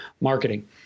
marketing